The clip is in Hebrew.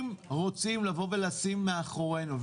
אם רוצים לשים מאחורינו,